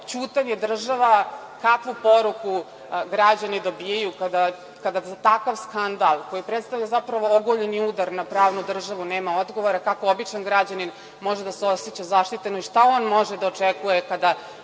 ćutanje države, kakvu poruku građani dobijaju kada zbog takvog skandala, koji predstavlja zapravo oguljeni udar na pravnu državu, nema odgovora, kako običan građanin može da se oseća zaštićeno i šta on može da očekuje kada